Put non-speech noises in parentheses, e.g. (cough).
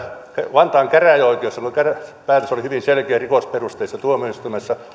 vantaan käräjäoikeuden päätös oli hyvin selkeä rikosperusteissa on tuomioistuimessa (unintelligible)